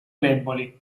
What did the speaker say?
deboli